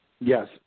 Yes